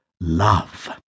love